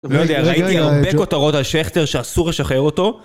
לא יודע, ראיתי הרבה כותרות על שכטר שאסור לשחרר אותו